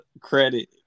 credit